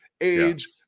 Age